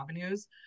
avenues